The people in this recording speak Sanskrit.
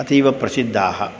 अतीव प्रसिद्धाः